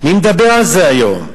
מי מדבר על זה היום?